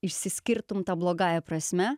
išsiskirtum ta blogąja prasme